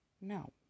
no